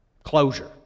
Closure